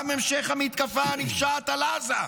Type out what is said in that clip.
גם המשך המתקפה הנפשעת על עזה,